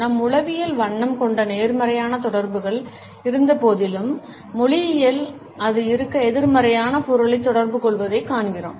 நம் உளவியலில் வண்ணம் கொண்ட நேர்மறையான தொடர்புகள் இருந்தபோதிலும் மொழியில் அது இருக்க எதிர்மறையான பொருளைத் தொடர்புகொள்வதைக் காண்கிறோம்